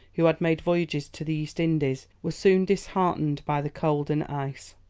who had made voyages to the east indies, were soon disheartened by the cold and ice.